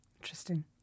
Interesting